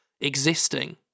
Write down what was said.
existing